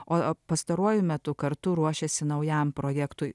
o pastaruoju metu kartu ruošėsi naujam projektui